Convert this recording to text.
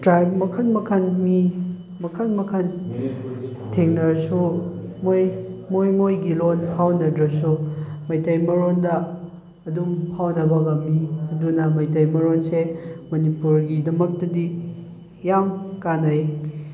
ꯇ꯭ꯔꯥꯏꯕ ꯃꯈꯟ ꯃꯈꯟ ꯃꯤ ꯃꯈꯟ ꯃꯈꯟ ꯊꯦꯡꯅꯔꯁꯨ ꯃꯣꯏ ꯃꯣꯏ ꯃꯣꯏꯒꯤ ꯂꯣꯜ ꯐꯥꯎꯅꯗ꯭ꯔꯁꯨ ꯃꯩꯇꯩ ꯃꯔꯣꯟꯗ ꯑꯗꯨꯝ ꯐꯥꯎꯅꯕ ꯉꯝꯃꯤ ꯑꯗꯨꯅ ꯃꯩꯇꯩ ꯃꯔꯣꯟꯁꯦ ꯃꯅꯤꯄꯨꯔꯒꯤꯗꯃꯛꯇꯗꯤ ꯌꯥꯝ ꯀꯥꯟꯅꯩ